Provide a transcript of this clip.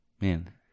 Man